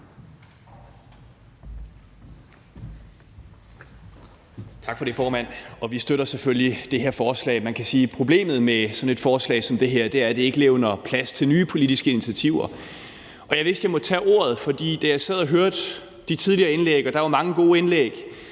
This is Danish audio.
Tak for det, formand. Vi støtter selvfølgelig det her forslag. Man kan sige, at problemet med sådan et forslag som det her er, at det ikke levner plads til nye politiske initiativer. Og jeg vidste, at jeg måtte tage ordet, for da jeg sad og hørte de tidligere indlæg – og der var mange gode indlæg